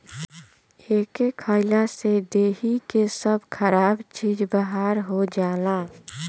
एके खइला से देहि के सब खराब चीज बहार हो जाला